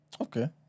Okay